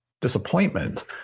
disappointment